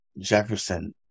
Jefferson